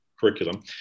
curriculum